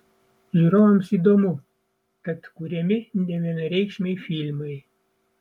žiūrovams įdomu tad kuriami nevienareikšmiai filmai